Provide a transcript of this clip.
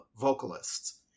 vocalists